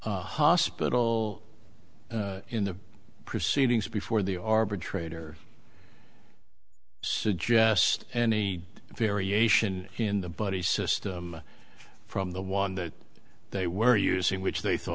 hospital in the proceedings before the arbitrator suggest any variation in the buddy system from the one that they were using which they